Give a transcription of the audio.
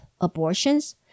abortions